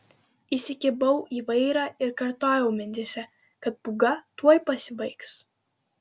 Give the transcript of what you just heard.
įsikibau į vairą ir kartojau mintyse kad pūga tuoj pasibaigs